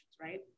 right